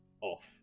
off